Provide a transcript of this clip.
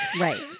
Right